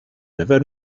never